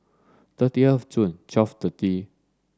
thirty of the